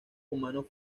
humanos